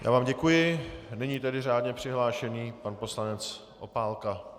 Já vám děkuji a nyní tedy řádně přihlášený pan poslanec Opálka.